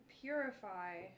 purify